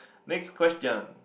next question